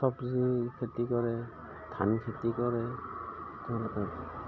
চব্জিৰ খেতি কৰে ধান খেতি কৰে তেওঁলোকে